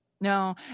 no